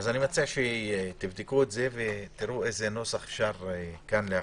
אני מציע שתבדקו את זה ותראו איזה נוסח אפשר להכניס.